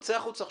צא החוצה עכשיו.